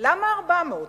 למה 400?